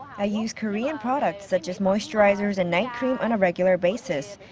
i use korean products such as moisturizers and night cream on a regular basis.